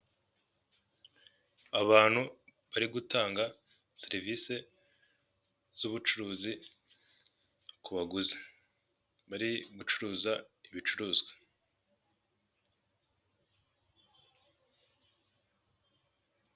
Abantu bari gutanga serivisi z’ubucuruzi ku baguzi bari kugurisha ibicuruzwa.